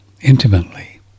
intimately